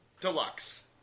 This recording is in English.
Deluxe